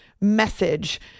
message